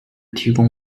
提供